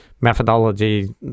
methodology